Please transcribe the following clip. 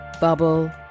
bubble